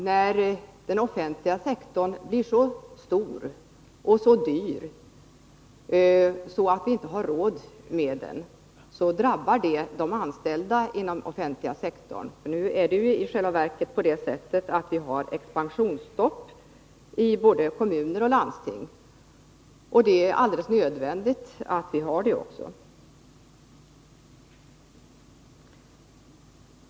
När den offentliga sektorn blir så stor och dyr att vi inte har råd med den, drabbar detta naturligtvis de anställda inom den offentliga sektorn. Nu är det i praktiken så att vi har expansionsstopp i både kommuner och landsting. Och det är alldeles nödvändigt.